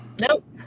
Nope